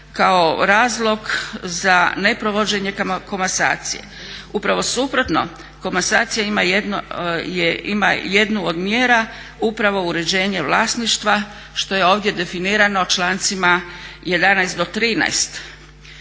kao razlog za neprovođenje komasacije. Upravo suprotno, komasacija ima jednu od mjera upravo uređenje vlasništva što je ovdje definirano člancima 11. do 13.